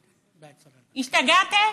השתגעתם?